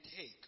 take